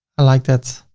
i like that.